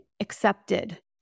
accepted